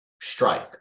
strike